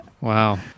Wow